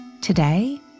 Today